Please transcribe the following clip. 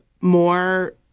more